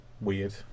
weird